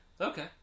Okay